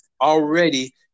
already